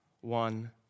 one